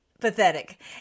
pathetic